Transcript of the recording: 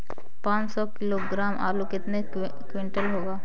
पाँच सौ किलोग्राम आलू कितने क्विंटल होगा?